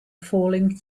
falling